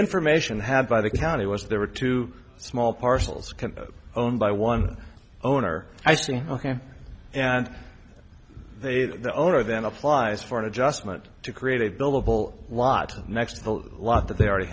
information had by the county was there were two small parcels owned by one owner i see ok and they that the owner then applies for an adjustment to create a billable lot next to the lot that they already